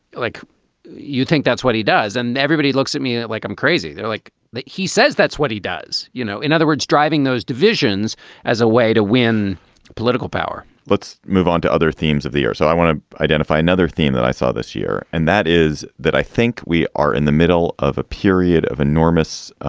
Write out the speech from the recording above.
like you think that's what he does. and everybody looks at me like i'm crazy. they're like that. he says that's what he does. you know, in other words, driving those divisions as a way to win political power let's move on to other themes of the year. so i want to identify another theme that i saw this year, and that is that i think we are in the middle of a period of enormous